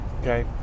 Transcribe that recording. Okay